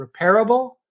repairable